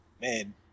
man